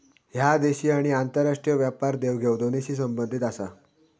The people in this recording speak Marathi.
ह्या देशी आणि आंतरराष्ट्रीय व्यापार देवघेव दोन्हींशी संबंधित आसा